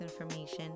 information